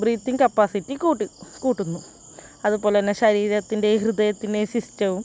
breathing capacity കൂട്ട് കൂട്ടുന്നു അതുപോലെ തന്നെ ശരീരത്തിൻ്റെയും ഹൃദയത്തിൻ്റെയും സിസ്റ്റവും